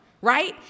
right